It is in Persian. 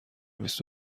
بیست